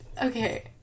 Okay